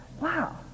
wow